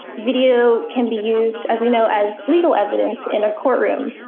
video can be used, as we know, as legal evidence in a courtroom,